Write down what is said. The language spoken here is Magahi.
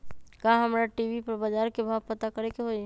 का हमरा टी.वी पर बजार के भाव पता करे के होई?